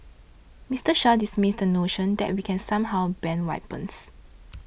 Mister Shah dismissed the notion that we can somehow ban weapons